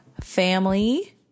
family